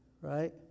right